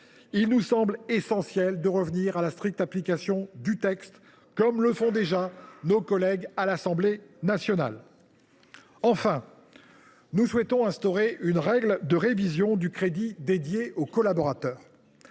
Il nous semble essentiel de revenir à la stricte application de ce texte, comme le font déjà nos collègues de l’Assemblée nationale. Absolument ! Non ! Enfin, nous souhaitons instaurer une règle de révision du crédit dédié aux collaborateurs.